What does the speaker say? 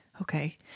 Okay